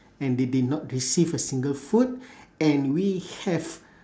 and they did not receive a single food and we have